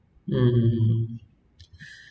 mm